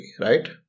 right